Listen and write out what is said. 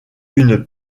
une